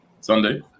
Sunday